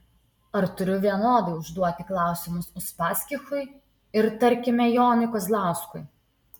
ar turiu vienodai užduoti klausimus uspaskichui ir tarkime jonui kazlauskui